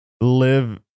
live